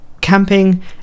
camping